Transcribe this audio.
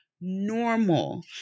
normal